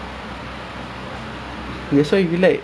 I hate mutton it smells like shit